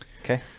okay